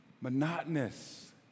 monotonous